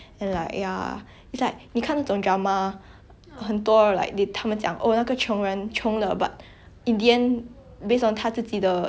in the end based on 他自己的毅力 then 他从那个 like he come out of his poverty his poverty that kind of thing lah but like